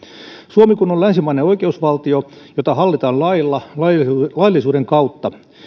suomi kun on länsimainen oikeusvaltio jota hallitaan laillisuuden kautta